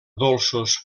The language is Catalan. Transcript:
dolços